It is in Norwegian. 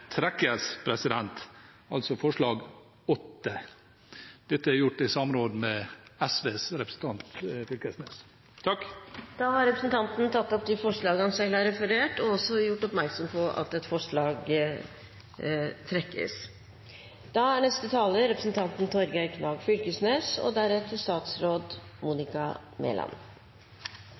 Dette er gjort i samråd med SVs representant Torgeir Knag Fylkesnes. Da har representanten Pål Farstad tatt opp de forslag han refererte til, og også gjort oppmerksom på at forslag nr. 8 trekkes. Mineralnæringa er